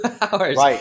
hours